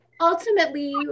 ultimately